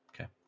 Okay